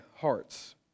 hearts